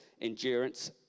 endurance